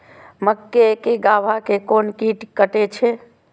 मक्के के गाभा के कोन कीट कटे छे?